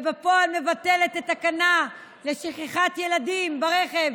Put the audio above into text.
ובפועל מבטלת את התקנה לשכחת ילדים ברכב,